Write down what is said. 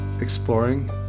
exploring